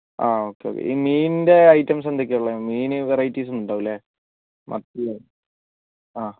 ആ ഓക്കെ ഈ മീനിൻ്റെ ഐറ്റംസ് എന്തൊക്കെയാ ഉള്ളത് മീൻ വെറൈറ്റീസും ഉണ്ടാകും അല്ലേ മത്തി ആ